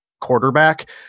quarterback